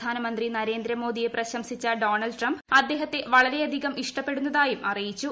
പ്രധാനമന്ത്രി നരേന്ദ്രമോദിയെ പ്രശംസിച്ചു ഡോണൾഡ് ട്രംപ് അദ്ദേഹത്തെ വളരെയധികം ഇഷ്ടപ്പെടുന്നതായും അറ്റിയിച്ചു